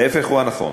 ההפך הוא הנכון,